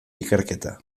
ikerketa